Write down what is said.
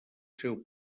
seu